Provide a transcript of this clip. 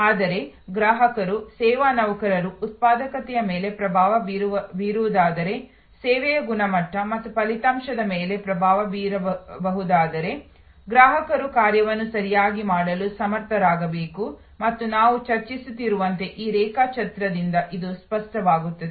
ಆದರೆ ಗ್ರಾಹಕರು ಸೇವಾ ನೌಕರರು ಉತ್ಪಾದಕತೆಯ ಮೇಲೆ ಪ್ರಭಾವ ಬೀರಬಹುದಾದರೆ ಸೇವೆಯ ಗುಣಮಟ್ಟ ಮತ್ತು ಫಲಿತಾಂಶದ ಮೇಲೆ ಪ್ರಭಾವ ಬೀರಬಹುದಾದರೆ ಗ್ರಾಹಕರು ಕಾರ್ಯವನ್ನು ಸರಿಯಾಗಿ ಮಾಡಲು ಸಮರ್ಥರಾಗಬೇಕು ಮತ್ತು ನಾವು ಚರ್ಚಿಸುತ್ತಿರುವಂತೆ ಈ ರೇಖಾಚಿತ್ರದಿಂದ ಇದು ಸ್ಪಷ್ಟವಾಗುತ್ತದೆ